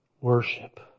worship